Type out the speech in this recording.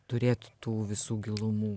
turėti tų visų gilumų